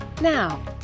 Now